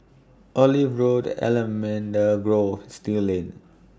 Olive Road Allamanda Grove Still Lane